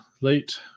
late